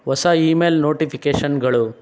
ಹೊಸ email ನೋಟಿಫಿಕೇಶನ್ಗಳು